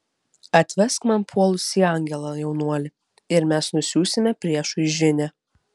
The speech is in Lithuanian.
atvesk man puolusį angelą jaunuoli ir mes nusiųsime priešui žinią